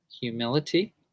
humility